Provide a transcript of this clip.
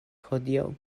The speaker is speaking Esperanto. hodiaŭ